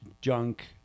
junk